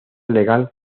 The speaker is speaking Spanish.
legal